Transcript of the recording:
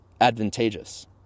advantageous